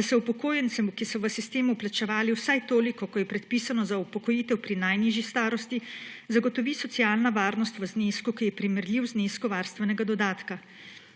da se upokojencem, ki so v sistem vplačevali vsaj toliko, kot je predpisano za upokojitev pri najnižji starosti, zagotovi socialna varnost v znesku, ki je primerljiv znesku varstvenega dodatka.